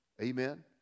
Amen